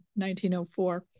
1904